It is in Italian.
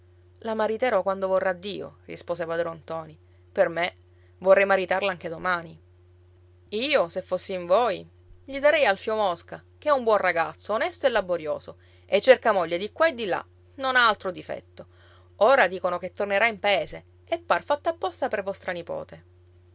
la mariterò quando vorrà dio rispose padron ntoni per me vorrei maritarla anche domani io se fossi in voi gli darei alfio mosca che è un buon ragazzo onesto e laborioso e cerca moglie di qua e di là non ha altro difetto ora dicono che tornerà in paese e par fatto apposta per vostra nipote